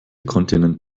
kontinent